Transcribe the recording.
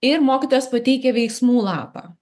ir mokytojas pateikia veiksmų lapą